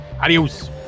Adios